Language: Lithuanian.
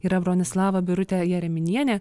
yra bronislava birutė jereminienė